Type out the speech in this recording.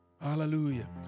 Hallelujah